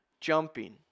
jumping